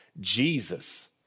Jesus